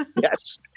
Yes